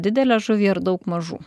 didelę žuvį ar daug mažų